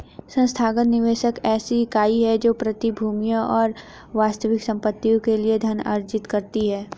संस्थागत निवेशक ऐसी इकाई है जो प्रतिभूतियों और वास्तविक संपत्तियों के लिए धन अर्जित करती है